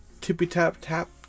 tippy-tap-tap